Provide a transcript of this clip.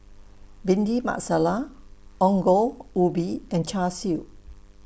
Bhindi Masala Ongol Ubi and Char Siu